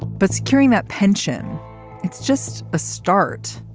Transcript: but securing that pension it's just a start.